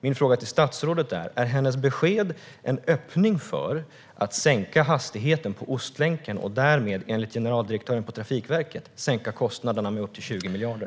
Min fråga till statsrådet är: Är hennes besked en öppning för att sänka hastigheten på Ostlänken och därmed, enligt generaldirektören på Trafikverket, sänka kostnaderna med upp till 20 miljarder?